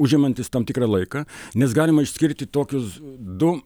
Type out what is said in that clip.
užimantis tam tikrą laiką nes galima išskirti tokius du